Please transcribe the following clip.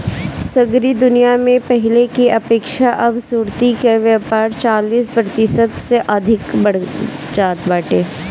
सगरी दुनिया में पहिले के अपेक्षा अब सुर्ती के व्यापार चालीस प्रतिशत से अधिका बढ़ल बाटे